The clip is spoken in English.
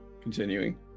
continuing